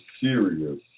serious